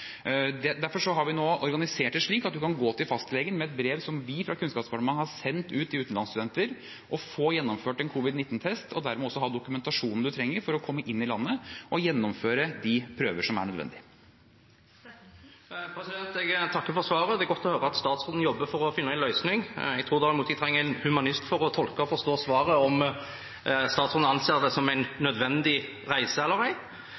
har vi nå organisert det slik at man kan gå til fastlegen med et brev som vi fra Kunnskapsdepartementet har sendt ut til utenlandsstudenter, og få gjennomført en covid-19-test og dermed ha dokumentasjonen man trenger for å komme inn i landet og kan gjennomføre de prøver som er nødvendig. Jeg takker for svaret. Det er godt å høre at statsråden jobber for å finne en løsning – jeg tror nok en trenger en humanist for å tolke og forstå svaret om statsråden anser det som en nødvendig reise eller